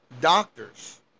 Doctors